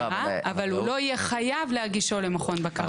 אבל הוא לא יהיה חייב להגישו למכון בקרה.